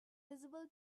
visible